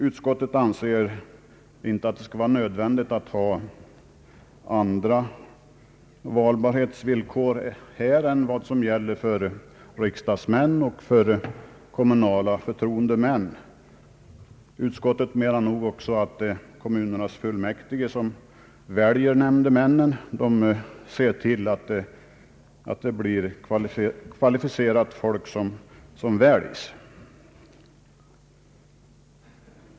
Utskottet anser inte att det skall vara nödvändigt att ha andra valbarhetsregler här än som gäller för riksdagsmän och kommunala förtroendemän. Det är ju kommunernas fullmäktige som väljer nämndemännen, och de ser säkert till att det blir kvalificerat folk som väljs.